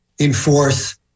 enforce